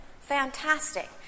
Fantastic